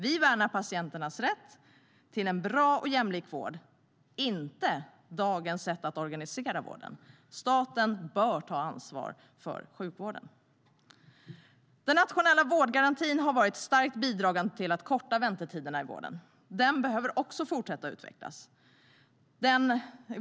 Vi värnar patientens rätt till en bra och jämlik vård, inte dagens sätt att organisera vården. Staten bör ta ansvar för sjukhusvården. Den nationella vårdgarantin har varit starkt bidragande till att korta väntetiderna i vården. Den bör fortsätta att utvecklas.